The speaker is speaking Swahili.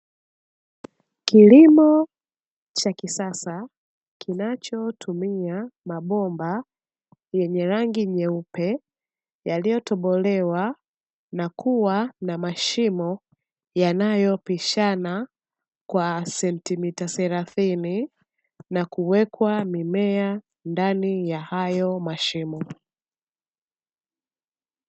Kilimo cha kisasa kinachotumia mabomba yenye rangi nyeupe yaliyotobolewa na kuwa na mashimo yanayopishana kwa sentimita thelathini, na kuwekwa mimea ndani ya hayo mashimo.